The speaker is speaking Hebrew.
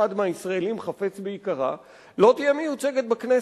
מהישראלים חפץ ביקרה לא תהיה מיוצגת בכנסת.